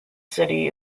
city